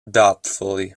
doubtfully